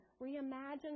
reimagine